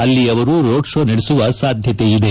ಅಲ್ಲಿ ಅವರು road show ನಡೆಸುವ ಸಾಧ್ಯತೆ ಇದೆ